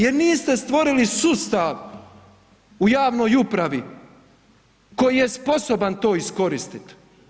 Jer niste stvorili sustav u javnoj upravi koji je sposoban to iskoristiti.